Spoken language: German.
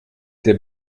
der